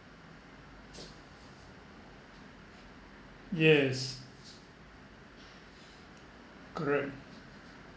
yes correct